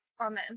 Amen